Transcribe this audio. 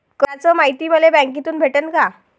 कराच मायती मले बँकेतून भेटन का?